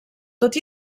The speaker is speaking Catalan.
tot